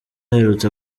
aherutse